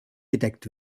gedeckt